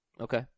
Okay